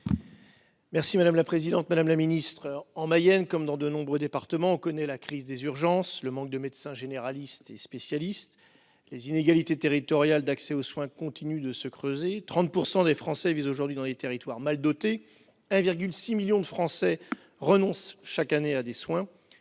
et de la prévention. Madame la ministre, la Mayenne comme de nombreux autres départements, connaît la crise des urgences, le manque de médecins généralistes et spécialistes. Les inégalités territoriales d'accès aux soins continuent de se creuser : 30 % des Français vivent aujourd'hui dans des territoires mal dotés ; près de 1,6 million de Français renoncent chaque année à des soins